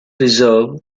reserve